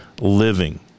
living